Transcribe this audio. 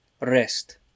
rest